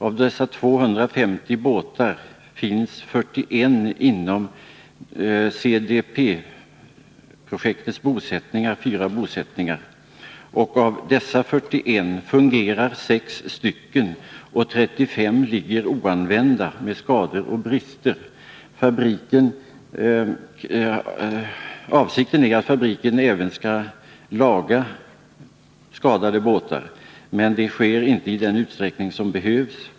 Av dessa 250 båtar finns 41 inom 'CDP-projektets fyra bosättningar. Härav fungerar 6, medan 35 ligger oanvända med skador och brister. Avsikten är att fabriken även skall laga skadade båtar, men detta sker inte i den utsträckning som behövs.